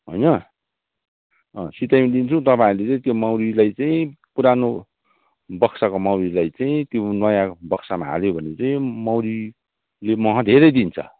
होइन अँ सित्थैमा दिन्छौँ तपाईँहरूले चाहिँ त्यो मौरीलाई चाहिँ पुरानो बक्साको मौरीलाई चाहिँ त्यो नयाँ बक्सामा हाल्यो भने चाहिँ मौरीले मह धेरै दिन्छ